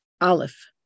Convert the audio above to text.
Aleph